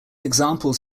examples